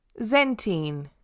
Zentine